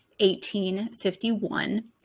1851